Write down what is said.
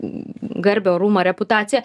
garbę orumą reputaciją